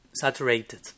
saturated